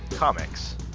Comics